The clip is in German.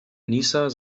nieser